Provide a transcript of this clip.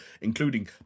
including